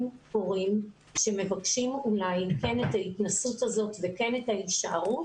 הורים שמבקשים אולי כן את ההתנסות הזאת וכן את ההישארות